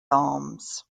arms